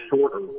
shorter